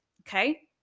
Okay